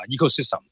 ecosystem